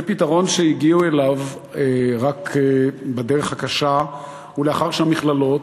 זה פתרון שהגיעו אליו רק בדרך הקשה ולאחר שהמכללות,